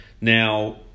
Now